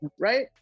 right